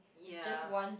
ya